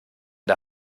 der